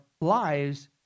lives